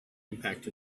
impact